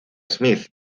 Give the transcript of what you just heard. smith